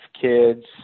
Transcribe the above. kids –